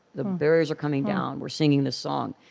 the barriers are coming down we're singing this song.